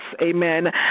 Amen